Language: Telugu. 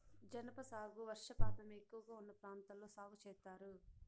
జనప సాగు వర్షపాతం ఎక్కువగా ఉన్న ప్రాంతాల్లో సాగు చేత్తారు